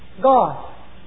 God